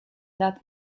that